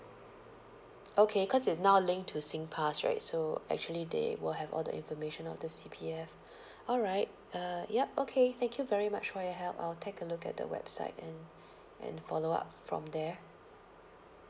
okay cause it's now linked to SINGPASS right so actually they will have all the information of the C_P_F alright uh yup okay thank you very much for your help I'll take a look at the website and and follow up from there